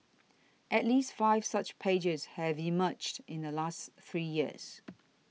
at least five such pages have emerged in the last three years